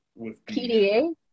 PDA